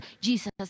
Jesus